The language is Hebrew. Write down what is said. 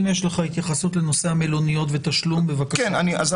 אם יש לך התייחסות לנושא המלוניות ותשלום בבקשה.